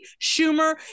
Schumer